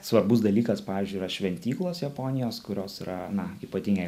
svarbus dalykas pavyzdžiui yra šventyklos japonijos kurios yra na ypatingai